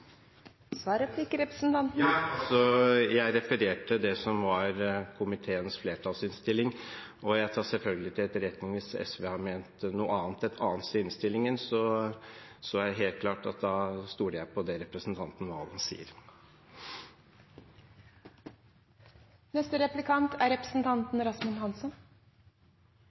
Jeg refererte det som var komiteens flertallsinnstilling. Jeg tar det selvfølgelig til etterretning hvis SV har ment noe annet et annet sted i innstillingen. Det er helt klart at jeg stoler på det representanten Valen sier.